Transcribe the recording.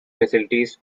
facilities